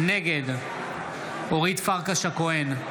נגד אורית פרקש הכהן,